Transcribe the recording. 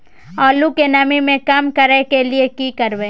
आलू के नमी के कम करय के लिये की करबै?